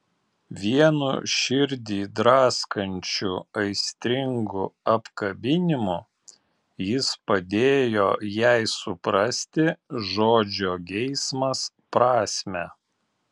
vienu širdį draskančiu aistringu apkabinimu jis padėjo jai suprasti žodžio geismas prasmę